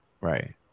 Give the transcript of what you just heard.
Right